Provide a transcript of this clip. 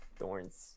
thorns